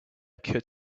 could